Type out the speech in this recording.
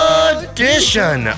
edition